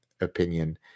opinion